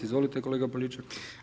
Izvolite kolega Poljičak.